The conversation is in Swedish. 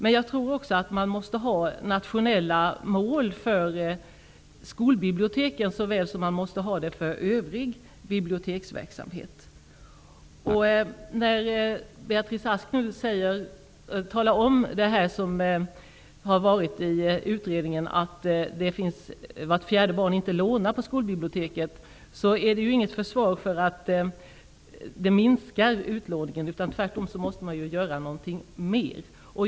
Men det måste finnas nationella mål för såväl skolbiblioteken som övrig biblioteksverksamhet. Beatrice Ask nämner att utredningen kommit fram till att vart fjärde barn inte lånar på skolbiblioteket. Det är inget försvar för att minska utlåningen, utan tvärtom måste man göra någonting mer.